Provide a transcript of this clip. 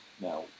Now